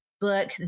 book